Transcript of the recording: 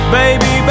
baby